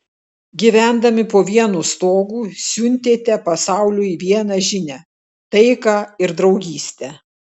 gyvendami po vienu stogu siuntėte pasauliui vieną žinią taiką ir draugystę